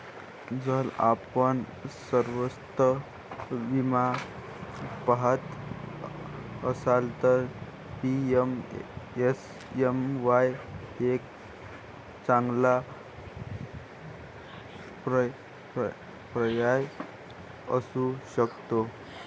जर आपण स्वस्त विमा पहात असाल तर पी.एम.एस.एम.वाई एक चांगला पर्याय असू शकतो